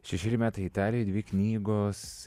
šešeri metai italijoj dvi knygos